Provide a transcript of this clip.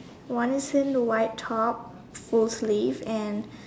one is in the white top full sleeve and